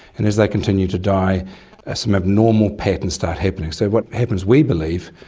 and as they continue to die ah some abnormal patterns start happening. so what happens, we believe,